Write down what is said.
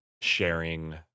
sharing